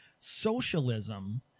Socialism